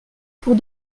pour